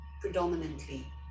predominantly